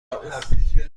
خورم